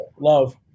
Love